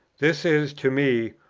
this is, to me,